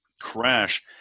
crash